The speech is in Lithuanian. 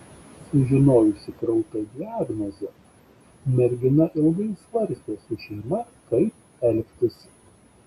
sužinojusi kraupią diagnozę mergina ilgai svarstė su šeima kaip elgtis